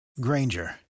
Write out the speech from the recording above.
Granger